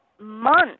months